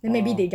orh